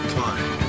time